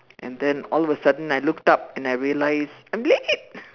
and then all of a sudden I looked up and I realized I'm late